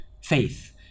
faith